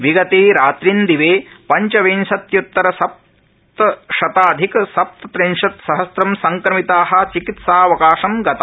विगते रात्रिंदिवे पंचविंशत्य्तर सप्तशताधिक सप्तत्रिंशत् सहस्रं संक्रमिता चिकित्सावकाशं गता